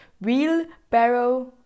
wheelbarrow